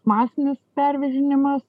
masinis pervežinimas